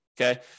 Okay